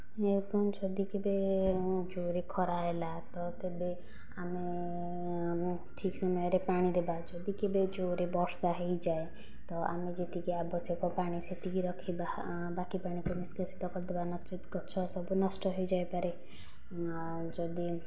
ଏବଂ ଯଦି କେବେ ଜୋରେ ଖରା ହେଲା ତ ତେବେ ଆମେ ଠିକ ସମୟରେ ପାଣିଦେବା ଯଦି କେବେ ଜୋରେ ବର୍ଷା ହୋଇଯାଏ ତ ଆମେ ଯେତିକି ଆବଶ୍ୟକ ପାଣି ସେତିକି ରଖିବା ବାକି ପାଣିତକ ନିଷ୍କାସିତ କରିଦେବା ନଚେତ ଗଛ ସବୁ ନଷ୍ଟ ହେଇଯାଇପାରେ ଆଉ ଯଦି